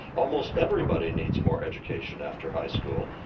almost everybody needs more education after high school.